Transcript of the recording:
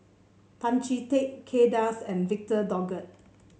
Tan Chee Teck Kay Das and Victor Doggett